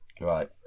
Right